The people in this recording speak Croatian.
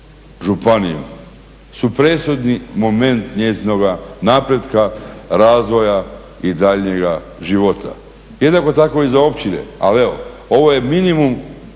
županiju su presudni moment njezinoga napretka, razvoja i daljnjega života. Jednako tako i za općine, ali evo, ovo je minimum